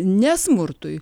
ne smurtui